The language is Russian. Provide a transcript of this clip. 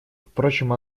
впрочем